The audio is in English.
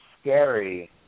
scary